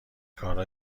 کارا